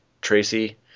Tracy